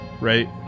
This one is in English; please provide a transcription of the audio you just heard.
right